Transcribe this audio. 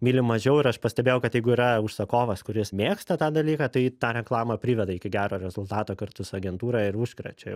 myli mažiau ir aš pastebėjau kad jeigu yra užsakovas kuris mėgsta tą dalyką tai tą reklamą priveda iki gero rezultato kartu su agentūra ir užkrečia